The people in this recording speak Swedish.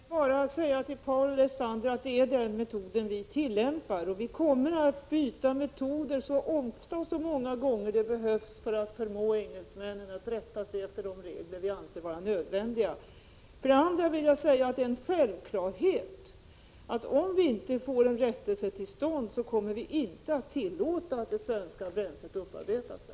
Herr talman! För det första vill jag säga till Paul Lestander att det är den metoden vi tillämpar. Vi kommer att byta metoder så ofta och så många gånger som det behövs för att förmå engelsmännen att rätta sig efter de regler vi anser vara nödvändiga. För det andra vill jag säga att det är en självklarhet att vi inte kommer att tillåta att det svenska bränslet upparbetas där, om vi inte får en rättelse till stånd.